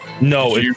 No